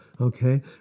Okay